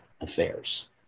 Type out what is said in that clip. affairs